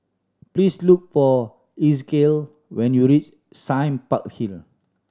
please look for Ezekiel when you reach Sime Park Hill